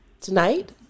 tonight